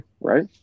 right